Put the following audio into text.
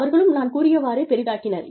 அவர்களும் நான் கூறியவாறே பெரிதாக்கினர்